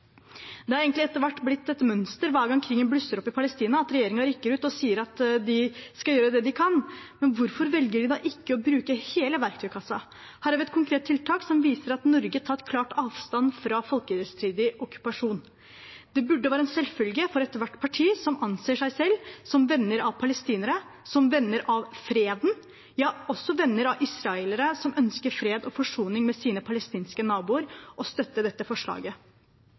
Det har egentlig etter hvert blitt et mønster hver gang krigen blusser opp i Palestina at regjeringen rykker ut og sier at de skal gjøre det de kan. Men hvorfor velger de da ikke å bruke hele verktøykassen? Her har vi et konkret tiltak som viser at Norge tar klart avstand fra en folkerettsstridig okkupasjon. Det burde være en selvfølge for ethvert parti som anser seg selv som venner av palestinere, som venner av freden – ja, også venner av israelere som ønsker fred og forsoning med sine palestinske naboer, å støtte dette forslaget.